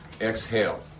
exhale